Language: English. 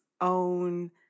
own